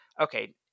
okay